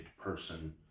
person